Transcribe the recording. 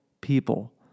people